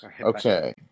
Okay